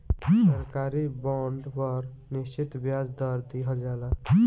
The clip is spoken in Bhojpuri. सरकारी बॉन्ड पर निश्चित ब्याज दर दीहल जाला